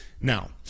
Now